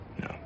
no